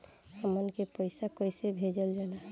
हमन के पईसा कइसे भेजल जाला?